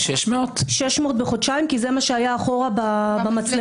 600 בחודשיים, כי זה מה שהיה אחורה במצלמות.